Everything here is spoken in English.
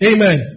Amen